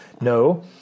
No